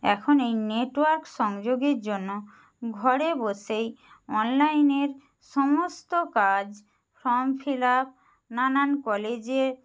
এখন এই নেটওয়ার্ক সংযোগের জন্য ঘরে বসেই অনলাইনের সমস্ত কাজ ফর্ম ফিল আপ নানান কলেজে